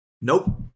Nope